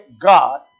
God